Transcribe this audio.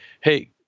hey